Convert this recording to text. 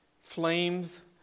Flames